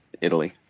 Italy